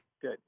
Good